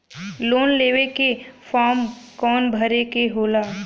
Loan लेवे के form कौन भरे के होला?